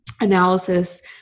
analysis